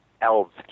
elves